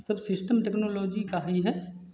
सब system technology का ही है